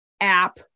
app